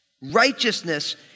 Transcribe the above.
Righteousness